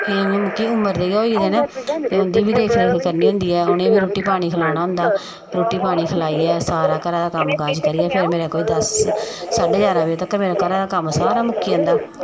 कि उमर होई गेदे न ते उं'दी बी देख रेख करनी होंदी ते उ'नें गी रुट्टी पानी खलाना होंदा ते रुट्टी खलाइयै सारा घरा दा कम्म काज़ करियै ते फिर मेेरे कोई दस्स साढ़े दस्स जारां बजे तक्कर मेरे कम्म घरा दा सारा कम्म मुकी जंदा